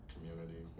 community